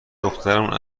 دخترمون